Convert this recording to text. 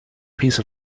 piece